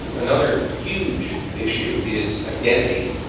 and another huge issue is identity,